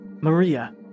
Maria